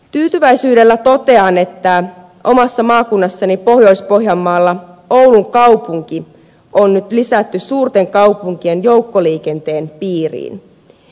tyytyväisyydellä totean että omassa maakunnassani pohjois pohjanmaalla oulun kaupunki on nyt lisätty suurten kaupunkien joukkoliikenteen piiriin